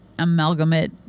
Amalgamate